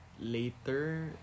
later